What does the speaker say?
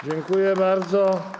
Dziękuję bardzo.